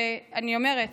ואני אומרת,